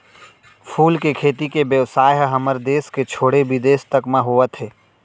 फूल के खेती के बेवसाय ह हमर देस के छोड़े बिदेस तक म होवत हे